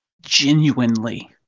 genuinely